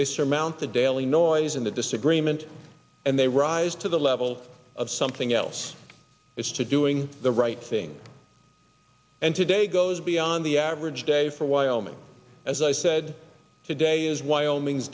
they surmount the daily noise in the disagreement and they rise to the level of something else is to doing the right thing and today goes beyond the average day for wyoming as i said today is wyoming's